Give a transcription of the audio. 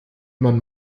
man